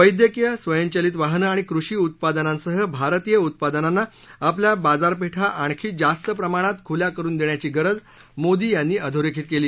वैद्यकीय स्वयंचलित वाहनं आणि कृषी उत्पादनांसह भारतीय उत्पादनांना आपल्या बाजारपेठा आणखी जास्त प्रमाणात ख्ल्या करून देण्याची गरज मोदी यांनी अधोरेखित केली